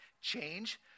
change